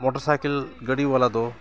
motor cycle ᱜᱟᱹᱰᱤ ᱵᱟᱞᱟ ᱫᱚ